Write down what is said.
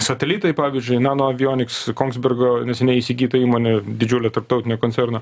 satelitai pavyzdžiui nano avioniks kongsbergo neseniai įsigytą įmonių didžiulio tarptautinio koncerno